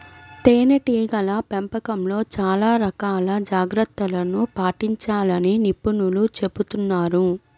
తేనెటీగల పెంపకంలో చాలా రకాల జాగ్రత్తలను పాటించాలని నిపుణులు చెబుతున్నారు